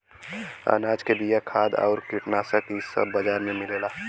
अनाज के बिया, खाद आउर कीटनाशक इ सब बाजार में मिलला